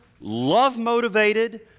love-motivated